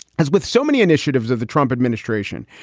as with so many initiatives of the trump administration.